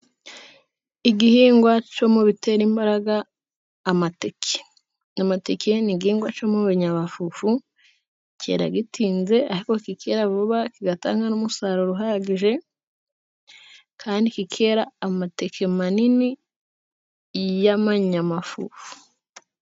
Igihingwa cyo mu bitera imbaraga, amateke. Amateke ni igihingwa cyo mu binyamafufu, cyera gitinze ariko kikera vuba, kigatanga n'umusaruro uhagije kandi kikera amateke manini y'amanyamafufu.